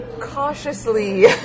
cautiously